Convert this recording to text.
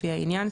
לפי העניין,